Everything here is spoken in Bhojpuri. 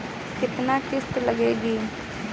केतना किस्त लागी?